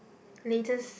latest